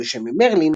בשם "מרלין",